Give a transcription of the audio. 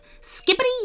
skippity